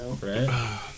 Right